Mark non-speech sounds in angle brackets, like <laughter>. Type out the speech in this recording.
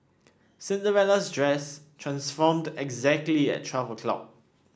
Cinderella's dress transformed exactly at <unintelligible>